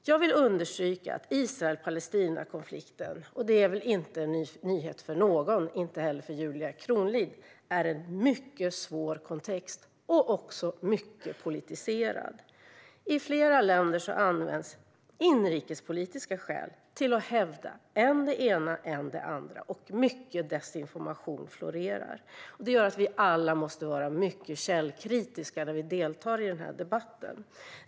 Jag vill understryka att Israel-Palestina-konflikten är en mycket svår kontext och också mycket politiserad. Det är väl ingen nyhet för någon, inte heller för Julia Kronlid. I flera länder har man inrikespolitiska skäl att hävda än det ena, än det andra. Mycket desinformation florerar. Det gör att vi alla måste vara mycket källkritiska när vi deltar i debatten.